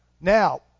Now